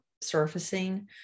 surfacing